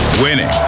Winning